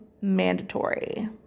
mandatory